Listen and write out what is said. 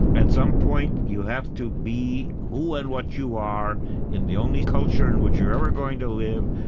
at some point, you have to be who and what you are in the only culture in which you're ever going to live,